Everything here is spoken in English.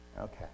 okay